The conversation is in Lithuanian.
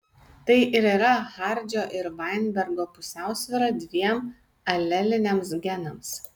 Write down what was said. tai ir yra hardžio ir vainbergo pusiausvyra dviem aleliniams genams